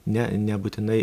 ne nebūtinai